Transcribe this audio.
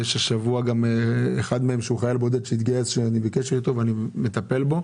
השבוע אחד מהם התגייס והוא חייל בודד ואני בקשר אתו ומטפל בו.